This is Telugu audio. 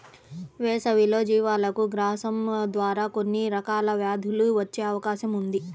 వేసవిలో జీవాలకు గ్రాసం ద్వారా కొన్ని రకాల వ్యాధులు వచ్చే అవకాశం ఉంది